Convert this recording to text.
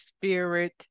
spirit